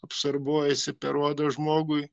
absorbuojasi per odą žmogui